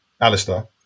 Alistair